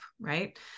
right